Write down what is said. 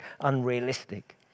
unrealistic